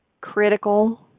Critical